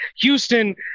Houston